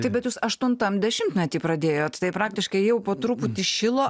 taip bet jūs aštuntam dešimtmety pradėjot tai praktiškai jau po truputį šilo